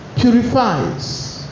purifies